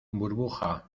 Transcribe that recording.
burbuja